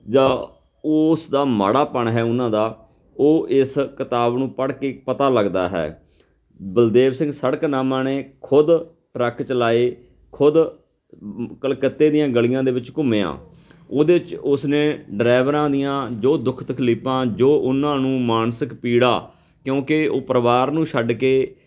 ਜਾਂ ਉਸ ਦਾ ਮਾੜਾਪਣ ਹੈ ਉਹਨਾਂ ਦਾ ਉਹ ਇਸ ਕਿਤਾਬ ਨੂੰ ਪੜ੍ਹ ਕੇ ਪਤਾ ਲੱਗਦਾ ਹੈ ਬਲਦੇਵ ਸਿੰਘ ਸੜਕਨਾਮਾ ਨੇ ਖੁਦ ਟਰੱਕ ਚਲਾਏ ਖੁਦ ਕਲਕੱਤੇ ਦੀਆਂ ਗਲੀਆਂ ਦੇ ਵਿੱਚ ਘੁੰਮਿਆ ਉਹਦੇ 'ਚ ਉਸਨੇ ਡਰਾਈਵਰਾਂ ਦੀਆਂ ਜੋ ਦੁੱਖ ਤਕਲੀਫਾਂ ਜੋ ਉਹਨਾਂ ਨੂੰ ਮਾਨਸਿਕ ਪੀੜਾ ਕਿਉਂਕਿ ਉਹ ਪਰਿਵਾਰ ਨੂੰ ਛੱਡ ਕੇ